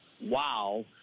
wow